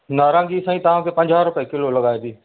नारंगी साईं तव्हांखे पंजाह रुपए किलो लॻाइबी